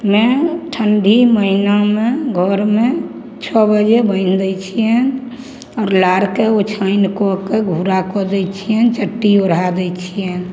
मे ठण्डी महिनामे घरमे छओ बजे बान्हि दै छिअनि आओर नारके ओछानि कऽके घूरा कऽ दै छिअनि चट्टी ओढ़ा दै छिअनि